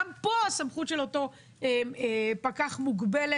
גם פה הסמכות של אותו פקח מוגבלת,